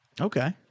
Okay